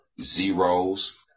zeros